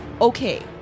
Okay